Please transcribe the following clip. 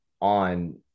on